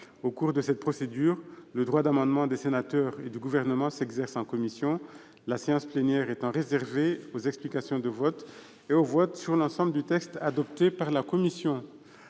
Au cours de cette procédure, le droit d'amendement des sénateurs et du Gouvernement s'exerce en commission, la séance plénière étant réservée aux explications de vote et au vote sur l'ensemble du texte adopté par la commission.